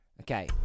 Okay